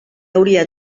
hauria